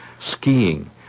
skiing